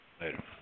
Later